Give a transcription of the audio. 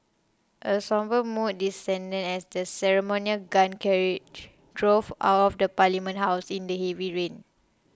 a sombre mood descended as the ceremonial gun carriage drove out of the Parliament House in the heavy rain